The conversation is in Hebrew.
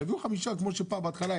שיביאו חמישה כמו שבהתחלה,